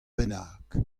bennak